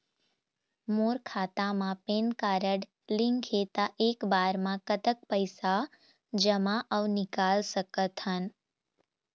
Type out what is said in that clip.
मोर खाता मा PAN card link हे ता एक बार मा कतक पैसा जमा अऊ निकाल सकथन?